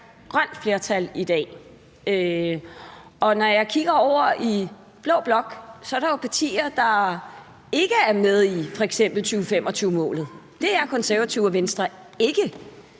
stærkt grønt flertal i dag, og når jeg kigger over i blå blok, ser jeg, at der er partier, der ikke er med i f.eks. 2025-målet. Det er Konservative og Venstre ikke.